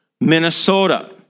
Minnesota